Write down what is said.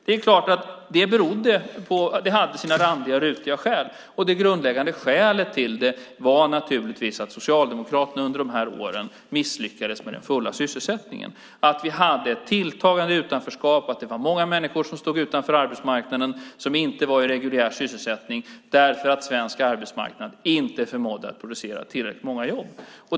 Det är klart att det hade sina randiga och rutiga skäl. Det grundläggande skälet var naturligtvis att Socialdemokraterna under de här åren misslyckades med den fulla sysselsättningen, att vi hade ett tilltagande utanförskap och att det var många människor som stod utanför arbetsmarknaden, som inte var i reguljär sysselsättning därför att svensk arbetsmarknad inte förmådde att producera tillräckligt många jobb.